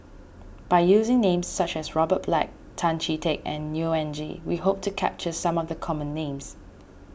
by using names such as Robert Black Tan Chee Teck and Neo Anngee we hope to capture some of the common names